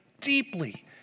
deeply